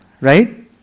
right